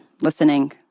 Listening